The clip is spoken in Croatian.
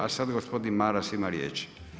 A sad gospodin Maras ima riječ.